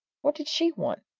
what did she want?